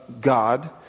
God